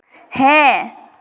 ᱦᱮᱸ